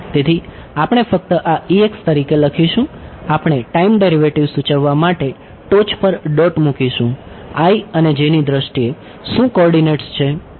તેથી આપણે ફક્ત આ તરીકે લખીશું આપણે ટાઈમ ડેરિવેટિવ સૂચવવા માટે ટોચ પર ડોટ મૂકીશું i અને j ની દ્રષ્ટિએ શું કોર્ડિનેટ્સ છે